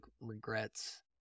regrets